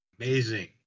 Amazing